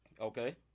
Okay